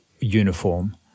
uniform